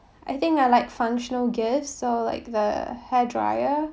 I think I like functional gifts so like the hair dryer